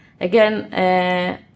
again